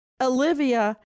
Olivia